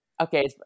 Okay